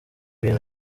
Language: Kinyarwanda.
bintu